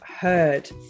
heard